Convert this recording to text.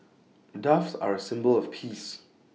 doves are A symbol of peace